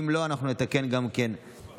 אם לא, אנחנו נתקן גם את התוצאה.